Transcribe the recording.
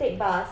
take bus